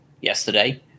yesterday